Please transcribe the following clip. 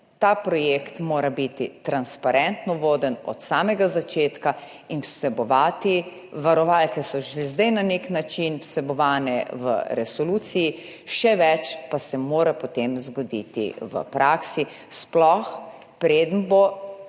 ta projekt mora biti transparentno voden od samega začetka in vsebovati varovalke. Te so že zdaj na nek način vsebovane v resoluciji, še več pa se mora potem zgoditi v praksi. Zelo pomembno